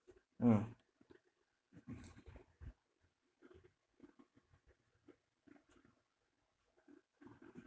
mm